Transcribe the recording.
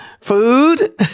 food